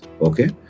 okay